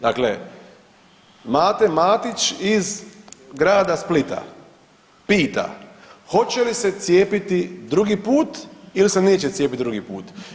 Dakle, Mate Matić iz Grada Splita pita hoće li se cijepiti drugi put ili se neće cijepiti drugi put?